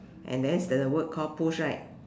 and there's the word called push right